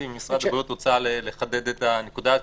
אם אין צורך חיוני שהוא יהיה דווקא בברית הזו --- מה זה "צורך חיוני"?